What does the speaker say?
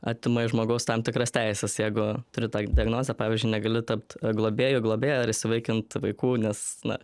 atima iš žmogaus tam tikras teises jeigu turi tą diagnozę pavyzdžiui negali tapt globėju globėja ar įsivaikint vaikų nes na